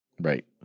Right